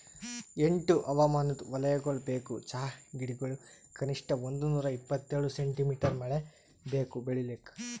ಎಂಟು ಹವಾಮಾನದ್ ವಲಯಗೊಳ್ ಬೇಕು ಚಹಾ ಗಿಡಗೊಳಿಗ್ ಕನಿಷ್ಠ ಒಂದುನೂರ ಇಪ್ಪತ್ತೇಳು ಸೆಂಟಿಮೀಟರ್ ಮಳೆ ಬೇಕು ಬೆಳಿಲಾಕ್